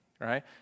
right